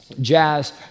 jazz